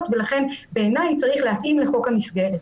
ולכן בעיניי צריך להתאים לחוק המסגרת.